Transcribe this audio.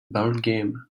ballgame